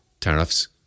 tariffs